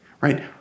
right